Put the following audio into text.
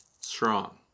strong